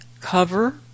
cover